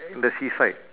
in the seaside